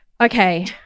okay